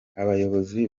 abayobozi